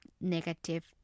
Negative